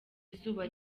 izuba